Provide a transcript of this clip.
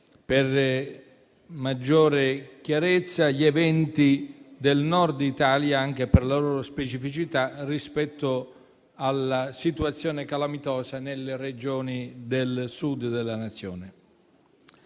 per maggiore chiarezza gli eventi del Nord Italia, anche per la loro specificità, rispetto alla situazione calamitosa nelle Regioni del Sud della Nazione.